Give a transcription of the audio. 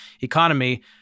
economy